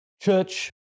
Church